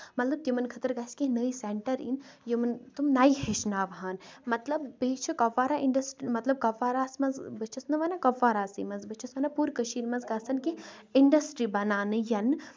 مطلب تِمن خٲطرٕ گژھِ کیٚنٛہہ نٔیٚے سینٹر یِنۍ یِمن تِم نَیہِ ہٮ۪چھناو ہن مطلب بیٚیہِ چھِ کۄپوارا اِنڈس مطلب کۄپواراہس منٛز بہٕ چھَس نہٕ وَنان کۄپواراہسٕے منٛز بہٕ چھَس وَنان پوٗرٕ کٔشیٖر منٛز گژھن کہِ اِنڈسٹری بَناونہٕ یِنہٕ